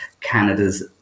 Canada's